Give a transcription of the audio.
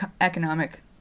economic